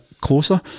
Closer